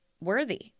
worthy